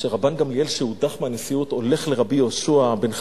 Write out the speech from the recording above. שרבן גמליאל שהודח מהנשיאות הולך לרבי יהושע בן חנניה,